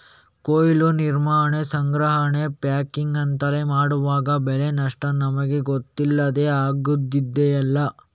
ಕೊಯ್ಲು, ನಿರ್ವಹಣೆ, ಸಂಗ್ರಹಣೆ, ಪ್ಯಾಕಿಂಗ್ ಅಂತೆಲ್ಲ ಮಾಡುವಾಗ ಬೆಳೆ ನಷ್ಟ ನಮಿಗೆ ಗೊತ್ತಿಲ್ಲದೇ ಆಗುದಿದೆಯಲ್ಲ